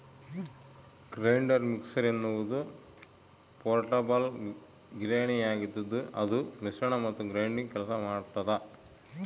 grinder mixer ಎನ್ನುವುದು portable ಗಿರಣಿಯಾಗಿದ್ದುಅದು ಮಿಶ್ರಣ ಮತ್ತು ಗ್ರೈಂಡಿಂಗ್ ಕೆಲಸ ಮಾಡ್ತದ